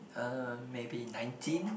uh maybe nineteen